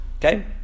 okay